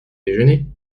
déjeuner